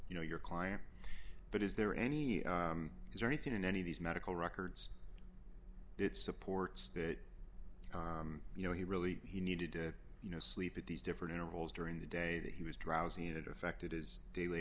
you know your client but is there any is there anything in any of these medical records it supports that you know he really he needed to you know sleep at these different intervals during the day that he was drowsy and it affected his daily